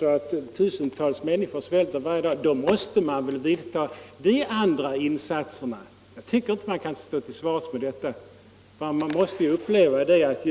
där tusentals människor svälter ihjäl varje dag, då måste man väl göra de andra insatserna. Jag anser inte att man kan stå till svars med att underlåta detta.